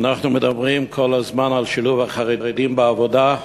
אנחנו מדברים כל הזמן על שילוב חרדים בעבודה,